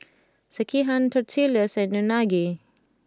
Sekihan Tortillas and Unagi